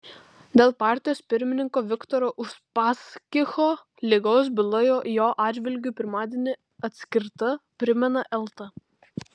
dėl partijos pirmininko viktoro uspaskicho ligos byla jo atžvilgiu pirmadienį atskirta primena elta